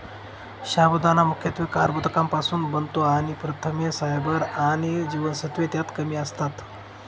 साबुदाणा मुख्यत्वे कर्बोदकांपासुन बनतो आणि प्रथिने, फायबर आणि जीवनसत्त्वे त्यात कमी असतात